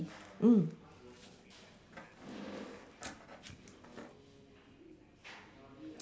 mm